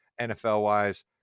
NFL-wise